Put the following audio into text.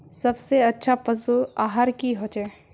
सबसे अच्छा पशु आहार की होचए?